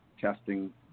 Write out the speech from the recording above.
testing